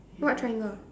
what triangle